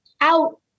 out